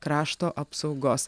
krašto apsaugos